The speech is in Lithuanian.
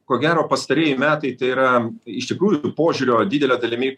ko gero pastarieji metai tai yra iš tikrųjų požiūrio didele dalimi